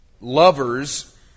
lovers